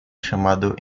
chamado